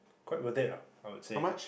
quite worth it lah I would say